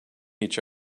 each